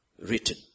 written